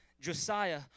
Josiah